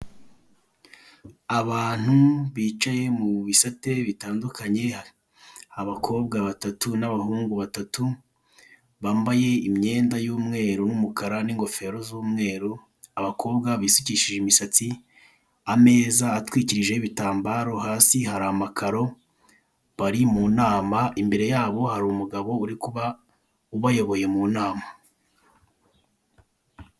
Abantu bicaye mu bisate bitandukanye abakobwa batatun'abahungu batatu bambaye imyenda y'umweru n'umukara n'ingorero z'umweru, abakobwa bisukishije imisatsi, ameza atwikirijeho ibitambaro, hasi hari amakaro, bari mu nama imbere yabo hari umugabo uri kuba ubayoboye mu nama.